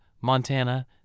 Montana